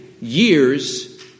years